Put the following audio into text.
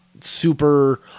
super